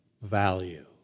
value